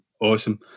Awesome